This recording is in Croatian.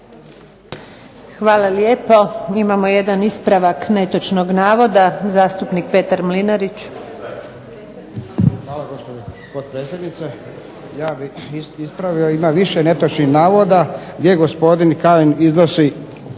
Hvala lijepo. Imamo jedan ispravak netočnog navoda, zastupnik Petar Mlinarić.